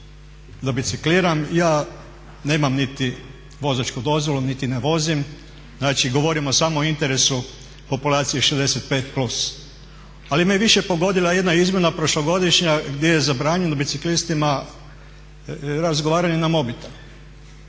da bicikliram, ja nemam niti vozačku dozvolu, niti ne vozim, znači govorim samo o interesu populacije 65+. Ali me je više pogodila jedna izmjena prošlogodišnja gdje je zabranjeno biciklistima razgovaranje na mobitel